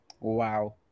Wow